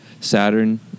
Saturn